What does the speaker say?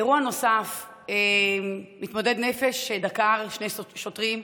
אירוע נוסף: מתמודד נפש דקר שני שוטרים,